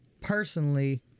personally